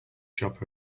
shop